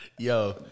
Yo